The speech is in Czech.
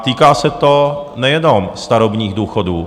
Týká se to nejenom starobních důchodů.